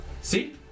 See